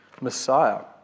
Messiah